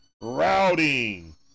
routing